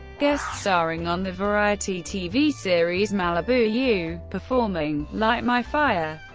guest-starring on the variety tv series malibu u, performing light my fire.